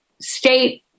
state